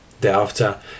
Thereafter